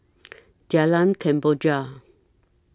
Jalan Kemboja